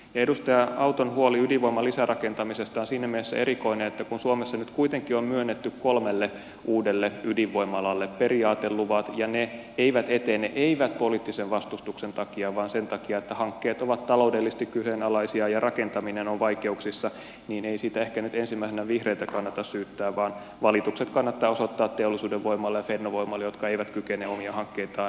edustaja auton huoli ydinvoiman lisärakentamisesta on siinä mielessä erikoinen että kun suomessa nyt kuitenkin on myönnetty kolmelle uudelle ydinvoimalalle periaateluvat ja ne eivät etene eivät poliittisen vastustuksen takia vaan sen takia että hankkeet ovat taloudellisesti kyseenalaisia ja rakentaminen on vaikeuksissa niin ei siitä ehkä nyt ensimmäisenä vihreitä kannata syyttää vaan valitukset kannattaa osoittaa teollisuuden voimalle ja fennovoimalle jotka eivät kykene omia hankkeitaan edistämään